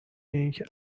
اینکه